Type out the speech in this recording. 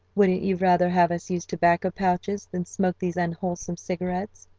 wouldn't you rather have us use tobacco pouches than smoke these unwholesome cigarettes?